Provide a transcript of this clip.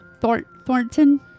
Thornton